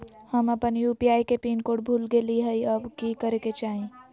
हम अपन यू.पी.आई के पिन कोड भूल गेलिये हई, अब की करे के चाही?